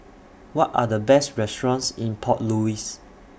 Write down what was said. What Are The Best restaurants in Port Louis